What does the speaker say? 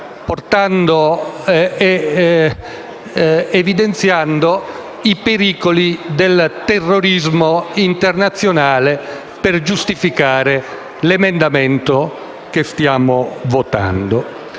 addirittura i pericoli del terrorismo internazionale per giustificare l'emendamento che stiamo votando.